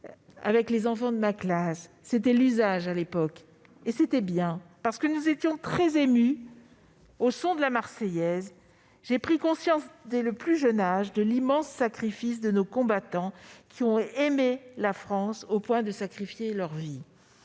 avec les enfants de ma classe. C'était l'usage, à l'époque, et c'était bien, parce que nous étions très émus au son de. J'ai ainsi pris conscience, dès le plus jeune âge, de l'immense sacrifice de nos combattants, qui ont aimé la France au point de lui sacrifier leur vie.